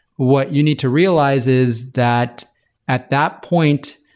what you need to realize is that at that point,